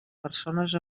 persones